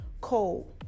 cold